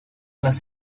las